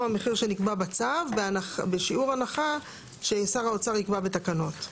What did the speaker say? המחיר שנקבע בצו בשיעור הנחה ששר האוצר יקבע בתקנות.